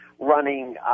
running